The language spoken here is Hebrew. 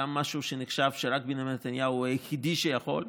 גם משהו שנחשב שרק בנימין נתניהו הוא היחידי שיכול,